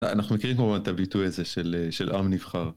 אנחנו מכירים כמובן את הביטוי הזה של עם נבחר.